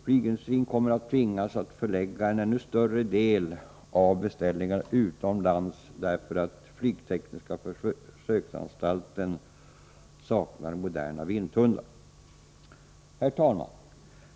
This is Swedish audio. Flygindustrin kommer att tvingas att förlägga en ännu större del av sina beställningar utomlands, därför att flygtekniska försöksanstalten saknar moderna vindtunnlar. Herr talman!